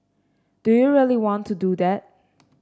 do you really want to do that